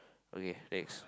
okay next